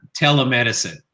telemedicine